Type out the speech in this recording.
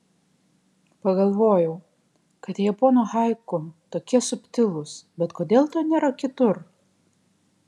pagalvojau kad japonų haiku tokie subtilūs bet kodėl to nėra kitur